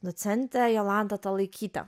docentę jolantą talaikytę